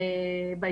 תיקי עבדות.